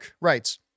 writes